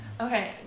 Okay